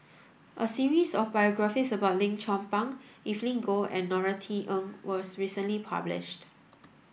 a series of biographies about Lim Chong Pang Evelyn Goh and Norothy Ng was recently published